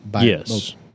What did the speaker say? Yes